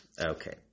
Okay